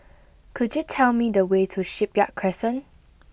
could you tell me the way to Shipyard Crescent